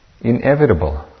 inevitable